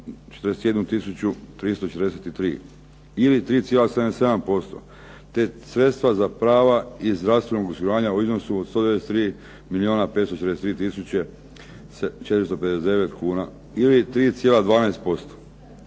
343 ili 3,77% te sredstva za prava iz zdravstvenog osiguranja u iznosu od 193 milijuna 543 tisuće 459 kuna ili 3,12%.